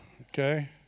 Okay